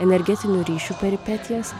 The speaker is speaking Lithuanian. energetinių ryšių peripetijas